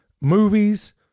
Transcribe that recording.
movies